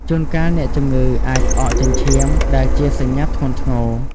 ជួនកាលអ្នកជំងឺអាច ក្អកចេញឈាម ដែលជាសញ្ញាធ្ងន់ធ្ងរ។